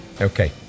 Okay